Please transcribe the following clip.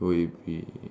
will it be